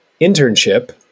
internship